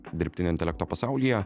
dirbtinio intelekto pasaulyje